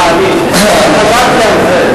אז חשבתי על זה.